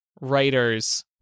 writers